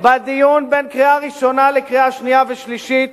בדיון בין קריאה ראשונה לקריאה שנייה ושלישית